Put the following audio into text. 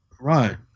Right